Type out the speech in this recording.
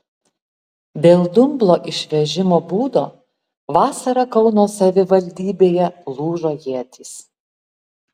dėl dumblo išvežimo būdo vasarą kauno savivaldybėje lūžo ietys